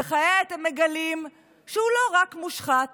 וכעת הם מגלים שהוא לא רק מושחת